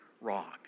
wrong